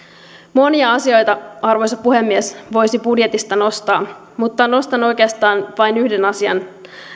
monia asioita arvoisa puhemies voisi budjetista nostaa mutta nostan oikeastaan vain yhden asian